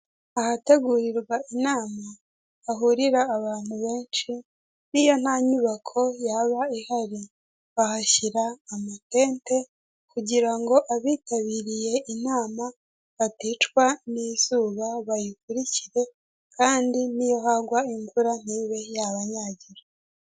Aha ngaha hari umugabo wambaye ishati y'umweru irimo imirongo y'umukara ndetse na karuvati y'umutuku wijimye, afite indangururamajwi, ni umugabo wamenyekanye mu gihe cy'amatora ubwo yiyamamarizaga ku mwanya w'umukuru w'igihugu, hirya ye hari ikinyabiziga bibiri, hari kimwe cy'umukara n'ikindi cyumweru, inyuma ye kandi hari umuntu wambaye ishati y'umweru ndetse n'isengeri y'umukara.